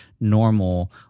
normal